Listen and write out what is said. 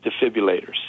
defibrillators